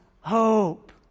hope